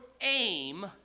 aim